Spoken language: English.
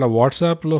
WhatsApp